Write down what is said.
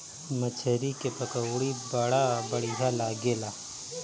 मछरी के पकौड़ी बड़ा बढ़िया लागेला